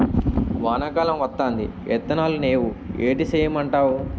వానా కాలం వత్తాంది ఇత్తనాలు నేవు ఏటి సేయమంటావు